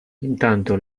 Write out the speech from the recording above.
intanto